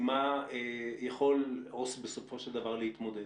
עם מה יכול עובד סוציאלי בסופו של דבר להתמודד.